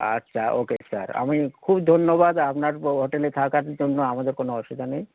আচ্ছা okay sir আমি খুব ধন্যবাদ আপনার হোটেলে থাকার জন্য আমাদের কোনো অসুবিধা নেই